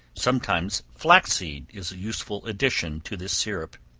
sometimes flaxseed is a useful addition to this syrup.